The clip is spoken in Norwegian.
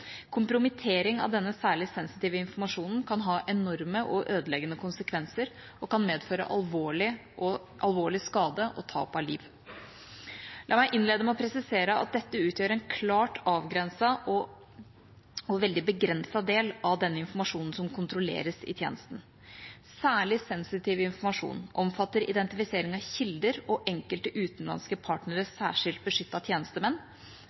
Kompromittering av denne særlig sensitive informasjonen kan ha enorme og ødeleggende konsekvenser og kan medføre alvorlig skade og tap av liv. La meg innlede med å presisere at dette utgjør en klart avgrenset og veldig begrenset del av den informasjonen som kontrolleres i tjenesten. Særlig sensitiv informasjon omfatter identifisering av kilder og enkelte utenlandske partneres særskilt beskyttede tjenestemenn,